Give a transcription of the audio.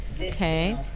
Okay